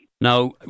now